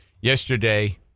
yesterday